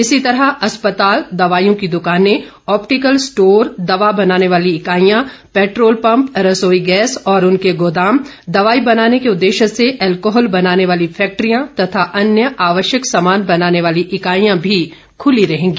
इसी तरह अस्पताल दवाईयों की दुकानें ऑप्टिकल स्टोर दवा बनाने वाली इकाईयां पैट्रोल पंप रसोई गैस और उनके गोदाम दवाई बनाने के उद्देश्य से एल्कोहल बनाने वाली फैंक्ट्रियां तथा अन्य आवश्यक सामान बनाने वाली इकाइयां भी खुली रहेंगी